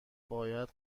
باید